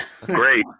Great